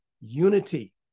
unity